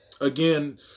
Again